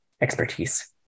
expertise